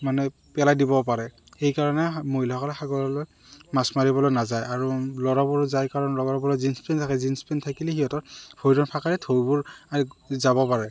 মানে পেলাই দিব পাৰে সেইকাৰণে মহিলাসকলে সাগৰলৈ মাছ মাৰিবলৈ নাযায় আৰু ল'ৰাবোৰ যায় কাৰণ ল'ৰাবোৰে জীন্স পিন্ধি থাকে জীন্স পেণ্ট থাকিলে সিহঁতৰ ভৰিৰ ফাকেৰে ঢৌবোৰ যাব পাৰে